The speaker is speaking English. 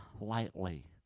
lightly